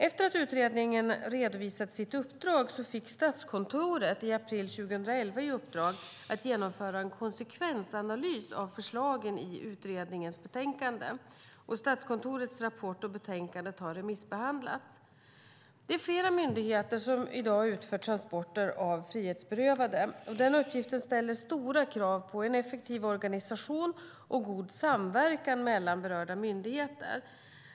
Efter att utredningen redovisat sitt uppdrag fick Statskontoret i april 2011 i uppdrag att genomföra en konsekvensanalys av förslagen i utredningens betänkande. Statskontorets rapport och betänkandet har remissbehandlats. Flera myndigheter utför i dag transporter av frihetsberövade. Denna uppgift ställer stora krav på en effektiv organisation och god samverkan mellan berörda myndigheter.